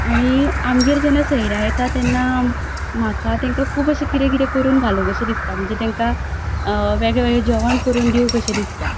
आनी आमगेर जेन्ना सोयऱ्या येता तेन्ना म्हाका तेंका खूब अशें कितें कितें करून घालूंक कशें दिसता म्हणजे तेंका वेगळे वेगळे जेवण करून दिवूं कशें दिसता